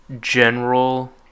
general